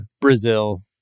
Brazil